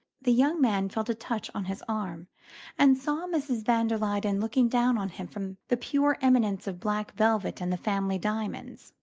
the young man felt a touch on his arm and saw mrs. van der luyden looking down on him from the pure eminence of black velvet and the family diamonds.